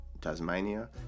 Tasmania